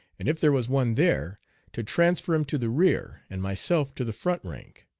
and if there was one there to transfer him to the rear, and myself to the front rank.